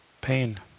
pain